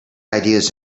ideas